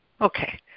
Okay